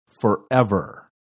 forever